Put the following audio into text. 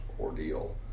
ordeal